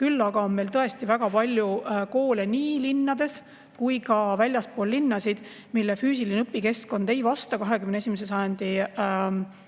Küll aga on meil tõesti väga palju koole nii linnades kui ka väljaspool linnasid, mille füüsiline õpikeskkond ei vasta 21. sajandi